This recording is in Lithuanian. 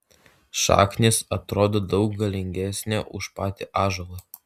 šaknis atrodo daug galingesnė už patį ąžuolą